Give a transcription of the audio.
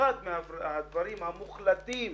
אחד הדברים המוחלטים